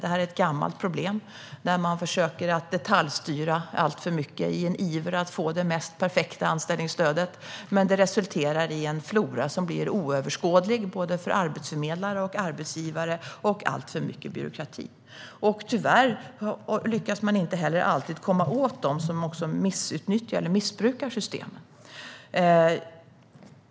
Det är ett gammalt problem att man försöker detaljstyra alltför mycket i sin iver att få till det mest perfekta anställningsstödet, men det resulterar i en flora som blir oöverskådlig, både för arbetsförmedlare och arbetsgivare, och i alltför mycket byråkrati. Tyvärr lyckas man heller inte alltid komma åt dem som missbrukar systemet.